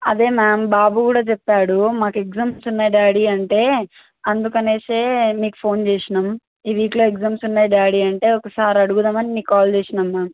అదే మ్యామ్ బాబు కూడా చెప్పాడు మాకు ఎగ్జామ్స్ ఉన్నాయి డాడీ అంటే అందుకని మీకు ఫోన్ చేసినాం ఈ వీక్లో ఎగ్జామ్స్ ఉన్నాయి డాడీ అంటే ఒకసారి అడుగుదాం అని నీకు కాల్ చేసినాం మ్యామ్